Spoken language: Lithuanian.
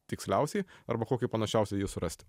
tiksliausiai arba kokį panašiausią ją surasti